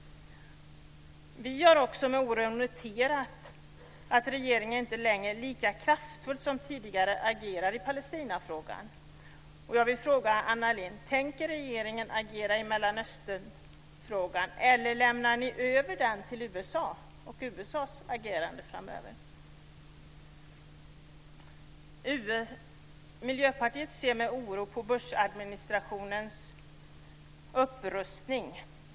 Vi har också med oro noterat att regeringen inte längre lika kraftfullt som tidigare agerar i Palestinafrågan. Jag vill fråga Anna Lindh om regeringen tänker agera i Mellanösternfrågan eller om ni lämnar över den till USA:s agerande framöver. Miljöpartiet ser med oro på Bushadministrationens upprustning.